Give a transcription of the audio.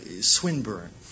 Swinburne